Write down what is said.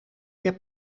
heb